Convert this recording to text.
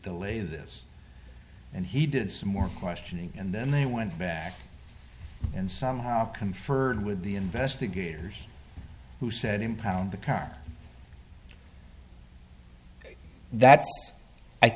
delay this and he did some more questioning and then they went back and somehow conferred with the investigators who said impound the car that